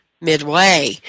midway